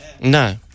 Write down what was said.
No